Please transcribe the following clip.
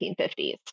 1950s